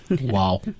Wow